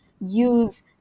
use